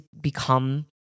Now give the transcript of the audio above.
become